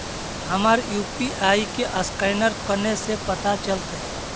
हमर यु.पी.आई के असकैनर कने से पता चलतै?